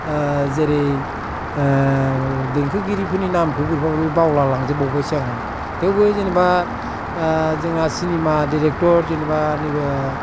जेरै देंखोगिरिफोरनि नामखौ बोरैबा बोरैबा बावलालांजोब्बायसो आंहा थेवबो जेनेबा जोंना सिनेमा दिरेक्तर जेनेबा नैबे